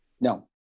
No